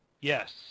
Yes